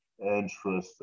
Interesting